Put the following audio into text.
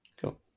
Cool